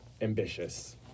ambitious